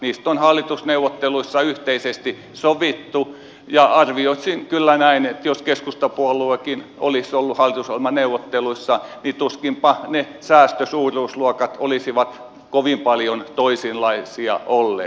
niistä on hallitusneuvotteluissa yhteisesti sovittu ja arvioisin kyllä näin että jos keskustapuoluekin olisi ollut hallitusohjelmaneuvotteluissa niin tuskinpa ne säästösuuruusluokat olisivat kovin paljon toisenlaisia olleet